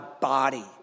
body